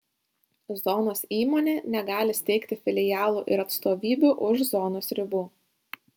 zonos įmonė negali steigti filialų ir atstovybių už zonos ribų